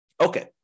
Okay